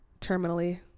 terminally